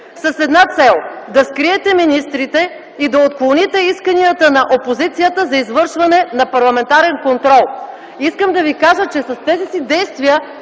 с една цел – да скриете министрите и да отклоните исканията на опозицията за извършване на парламентарен контрол. С тези си действия